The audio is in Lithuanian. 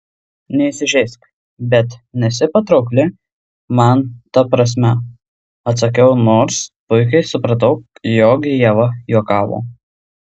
neįsižeisk bet nesi patraukli man ta prasme atsakiau nors puikiai supratau jog ieva juokavo